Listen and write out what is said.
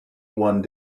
one